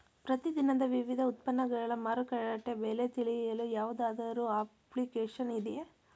ಪ್ರತಿ ದಿನದ ವಿವಿಧ ಉತ್ಪನ್ನಗಳ ಮಾರುಕಟ್ಟೆ ಬೆಲೆ ತಿಳಿಯಲು ಯಾವುದಾದರು ಅಪ್ಲಿಕೇಶನ್ ಇದೆಯೇ?